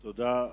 תודה.